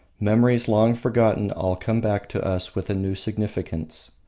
memories long forgotten all come back to us with a new significance.